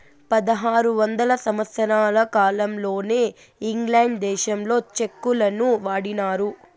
పదహారు వందల సంవత్సరాల కాలంలోనే ఇంగ్లాండ్ దేశంలో చెక్కులను వాడినారు